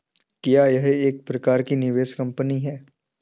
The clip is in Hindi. क्या यह एक प्रकार की निवेश कंपनी है?